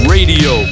Radio